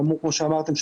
כמו שאמרתם,